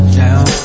down